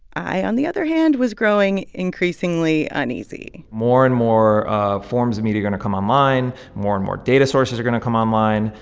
i, on the other hand, was growing increasingly uneasy more and more ah forms of media are going to come online. more and more data sources are going to come online.